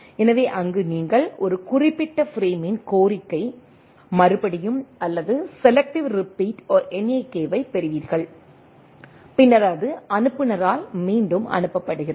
எனவே அங்கு நீங்கள் ஒரு குறிப்பிட்ட பிரேமின் கோரிக்கை மறுபடியும் அல்லது செலெக்ட்டிவ் ரீபிட் ஒரு NAK ஐப் பெறுவீர்கள் பின்னர் அது அனுப்புநரால் மீண்டும் அனுப்பப்படுகிறது